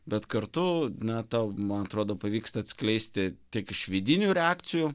bet kartu na tau man atrodo pavyksta atskleisti tiek iš vidinių reakcijų